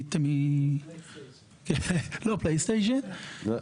פלייסמנט שתוכל לשים לך על השולחן.